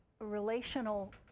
relational